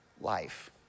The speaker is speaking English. Life